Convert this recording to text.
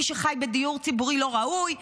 מי שחי בדיור ציבורי לא ראוי?